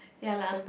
ya lah